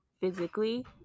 physically